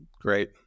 great